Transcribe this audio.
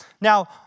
Now